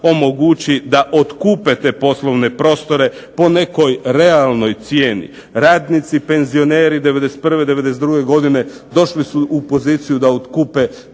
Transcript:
da otkupe te poslovne prostore po nekoj realnoj cijeni. Radnici, penzioneri '91., '92. godine došli su u poziciju da otkupe